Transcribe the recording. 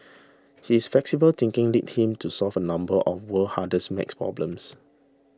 his flexible thinking led him to solve a number of world's hardest math problems